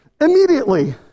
immediately